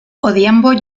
odhiambo